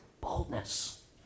Boldness